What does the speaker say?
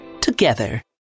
together